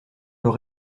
peut